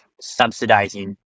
subsidizing